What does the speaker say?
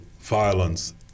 violence